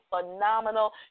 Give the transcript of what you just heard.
phenomenal